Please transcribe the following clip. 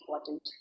important